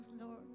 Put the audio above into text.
Lord